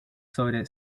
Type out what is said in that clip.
sobre